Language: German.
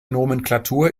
nomenklatur